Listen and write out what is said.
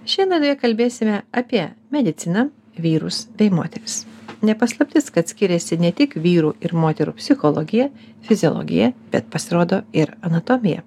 šiandien laidoje kalbėsime apie mediciną vyrus bei moteris ne paslaptis kad skiriasi ne tik vyrų ir moterų psichologija fiziologija bet pasirodo ir anatomija